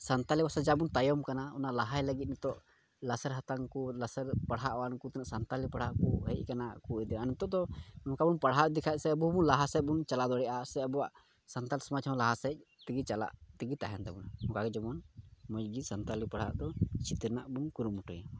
ᱥᱟᱱᱛᱟᱲᱤ ᱵᱷᱟᱥᱟ ᱡᱟ ᱵᱚᱱ ᱛᱟᱭᱚᱢ ᱠᱟᱱᱟ ᱚᱱᱟ ᱞᱟᱦᱟᱭ ᱞᱟᱹᱜᱤᱫ ᱱᱤᱛᱚᱜ ᱞᱟᱥᱮᱨ ᱦᱟᱛᱟᱝ ᱠᱚ ᱞᱟᱥᱮᱨ ᱯᱟᱲᱦᱟᱣᱟᱱ ᱠᱚ ᱥᱟᱱᱛᱟᱲᱤ ᱯᱟᱲᱦᱟᱣᱟᱱ ᱠᱚ ᱦᱮᱡ ᱠᱟᱱᱟ ᱟᱨ ᱱᱤᱛᱚᱜ ᱫᱚ ᱱᱚᱝᱠᱟ ᱵᱚᱱ ᱯᱟᱲᱦᱟᱣ ᱤᱫᱤ ᱠᱷᱟᱡ ᱟᱵᱚ ᱦᱚᱸ ᱞᱟᱦᱟ ᱥᱮᱫ ᱵᱚᱱ ᱪᱟᱞᱟᱣ ᱫᱟᱲᱮᱭᱟᱜᱼᱟ ᱥᱮ ᱟᱵᱚᱣᱟᱜ ᱥᱟᱱᱛᱟᱲ ᱥᱚᱢᱟᱡᱽ ᱦᱚᱸ ᱞᱟᱦᱟᱥᱮᱫ ᱛᱮᱜᱮ ᱪᱟᱞᱟᱜ ᱛᱮᱜᱮ ᱛᱟᱦᱮᱱ ᱛᱟᱵᱚᱱᱟ ᱚᱱᱠᱟᱜᱮ ᱡᱮᱢᱚᱱ ᱢᱚᱡᱽ ᱜᱮ ᱥᱟᱱᱛᱟᱲᱤ ᱯᱟᱲᱦᱟᱜ ᱫᱚ ᱪᱮᱫ ᱨᱮᱱᱟᱜ ᱵᱚᱱ ᱠᱩᱨᱩᱢᱩᱴᱩᱭᱟ